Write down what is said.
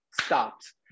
stopped